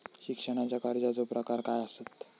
शिक्षणाच्या कर्जाचो प्रकार काय आसत?